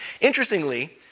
Interestingly